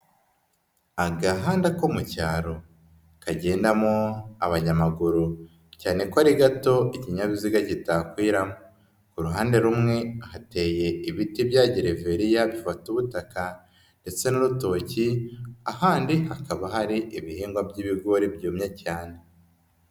Agahanda ko mu cyaro. kagendamo abanyamaguru cyane ko ari gato ikinyabiziga gitakwiramo. Kuruhande rumwe hateye ibiti bya gereveriya bifata ubutaka ndetse n'urutoki, ahandi hakaba hari ibihingwa by'ibigori byumye cyane.